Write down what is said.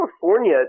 California